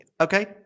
okay